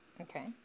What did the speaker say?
Okay